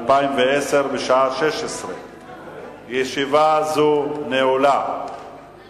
2010, בשעה 16:00. ישיבה זו נעולה.